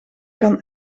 kan